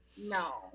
No